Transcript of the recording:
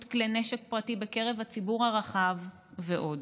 כלי נשק פרטיים בקרב הציבור הרחב ועוד.